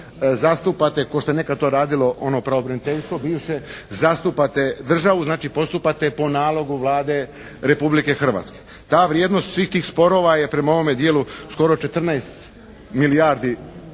zastupate kao što je nekad to radilo ono pravobraniteljstvo bivše, zastupate državu znači postupate po nalogu Vlade Republike Hrvatske. Ta vrijednost svih tih sporova je prema ovome dijelu skoro 14 milijardi